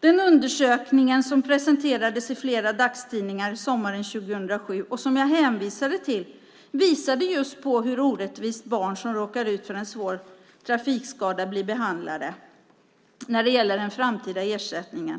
Den undersökning som presenterades i flera dagstidningar sommaren 2007 och som jag hänvisade till visade just hur orättvist barn som råkar ut för en svår trafikskada blir behandlade när det gäller den framtida ersättningen.